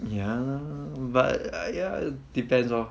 ya lor but uh ya depends lor